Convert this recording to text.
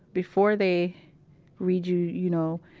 before they read you, you know,